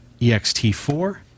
ext4